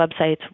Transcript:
websites